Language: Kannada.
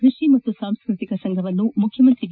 ಕೃಷಿ ಮತ್ತು ಸಾಂಸ್ತತಿಕ ಸಂಫವನ್ನು ಮುಖ್ಯಮಂತ್ರಿ ಬಿ